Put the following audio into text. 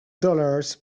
dollars